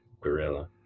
gorilla